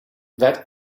that